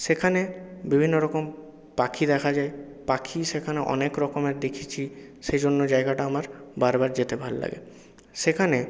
সেখানে বিভিন্নরকম পাখি দেখা যায় পাখি সেখানে অনেকরকমের দেখেছি সেজন্য জায়গাটা আমার বারবার যেতে ভাল লাগে সেখানে